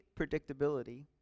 predictability